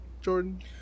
Jordan